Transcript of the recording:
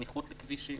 סמיכות לכבישים.